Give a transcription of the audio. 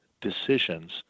decisions